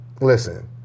listen